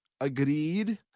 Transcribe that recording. Agreed